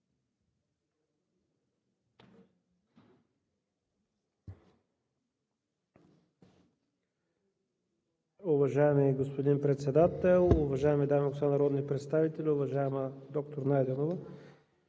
Уважаеми господин Председател, уважаеми дами и господа народни представители! Уважаема доктор Найденова,